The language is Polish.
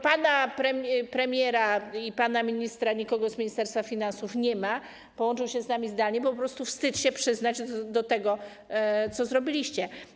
Pana premiera ani pana ministra, ani nikogo z Ministerstwa Finansów nie ma - połączą się z nami zdalnie - bo po prostu wstyd się przyznać do tego, co zrobiliście.